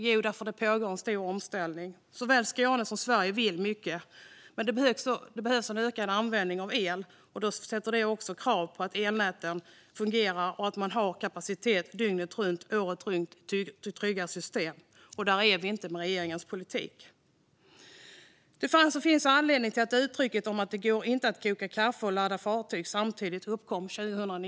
Jo, därför att det pågår en stor omställning. Skåne och Sverige vill mycket, men den ökande användningen av el ställer krav på att elnäten fungerar och att det finns kapacitet dygnet runt året om i ett tryggt system. Där är vi inte med regeringens politik. Det fanns - och finns - en anledning till att uttrycket "Det går inte att koka kaffe och ladda fartyg samtidigt" uppkom 2019.